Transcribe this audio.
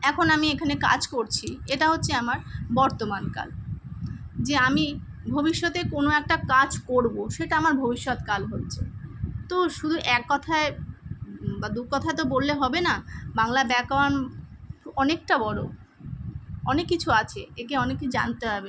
এখন আমি এখানে কাজ করছি এটা হচ্ছে আমার বর্তমান কাল যে আমি ভবিষ্যতে কোনো একটা কাজ করবো সেটা আমার ভবিষ্যৎ কাল হচ্ছে তো শুধু এক কথায় বা দু কথা তো বোললে হবে না বাংলা ব্যাকরণ অনেকটা বড়ো অনেক কিছু আছে একে অনেক কিছু জানতে হবে